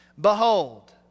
behold